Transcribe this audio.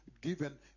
given